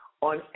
on